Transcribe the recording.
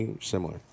similar